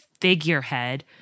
figurehead